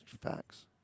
Facts